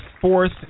fourth